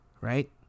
right